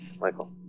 Michael